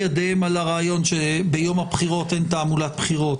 ידיהם על הרעיון שביום הבחירות אין תעמולת בחירות.